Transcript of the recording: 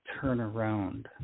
turnaround